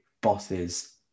bosses